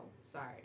Sorry